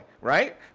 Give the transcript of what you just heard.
right